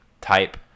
type